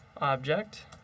object